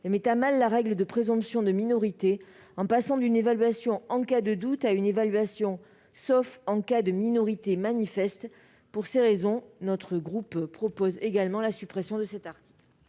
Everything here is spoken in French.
et met à mal la règle de présomption de minorité, en passant d'une évaluation en cas de doute à une évaluation sauf en cas de minorité manifeste. Pour ces raisons, le groupe SER propose également la suppression de cet article.